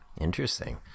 Interesting